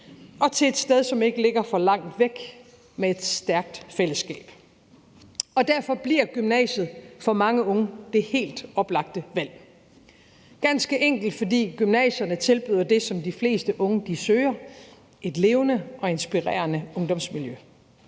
og til et sted, som ikke ligger for langt væk, med et stærkt fællesskab. Derfor bliver gymnasiet for mange unge det helt oplagte valg, ganske enkelt fordi gymnasierne tilbyder det, som de fleste unge søger: et levende og inspirerende ungdomsmiljø.